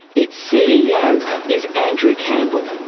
its ceo is andrew campbell.